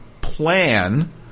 plan